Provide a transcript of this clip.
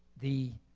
the,